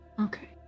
Okay